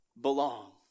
belong